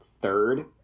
third